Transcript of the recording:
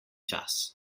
čas